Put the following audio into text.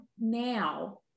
now